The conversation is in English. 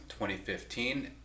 2015